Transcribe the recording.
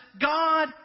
God